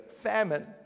famine